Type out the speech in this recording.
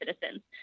citizens